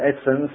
essence